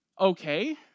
Okay